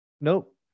Nope